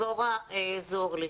דבורה שלום,